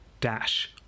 Dash